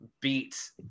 beat